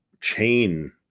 chain